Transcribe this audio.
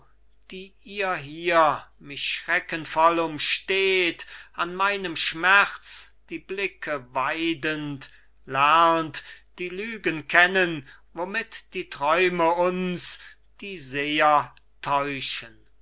die ihr hier mich schreckenvoll umsteht an meinem schmerz die blicke weidend lernt die lügen kennen womit die träume uns die seher